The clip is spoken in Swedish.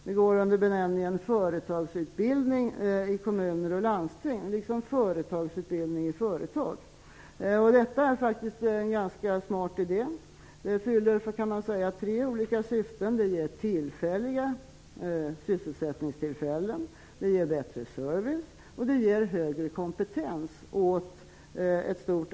Det går under benämningen företagsutbildning i kommuner och landsting, liksom företagsutbildning i företag. Detta är en ganska smart idé. Den fyller tre olika syften, nämligen att skapa tillfälliga sysselsättningstillfällen och att ge ett stort antal människor bättre service och högre kompetens.